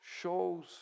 shows